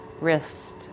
wrist